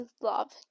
love